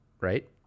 right